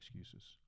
excuses